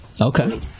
okay